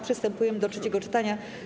Przystępujemy do trzeciego czytania.